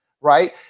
right